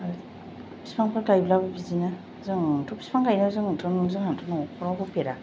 बिफांफोर गायोब्लाबो बिदिनो जोंथ' बिफां गायग्रा जोंनाथ' न'फोराव होफेरा